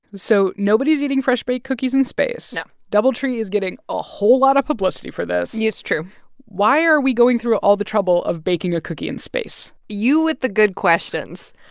so nobody is eating fresh-baked cookies in space no doubletree is getting a whole lot of publicity for this true why are we going through all the trouble of baking a cookie in space? you with the good questions.